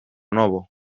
novo